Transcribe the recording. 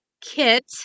kit